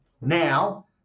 Now